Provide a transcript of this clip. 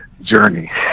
journey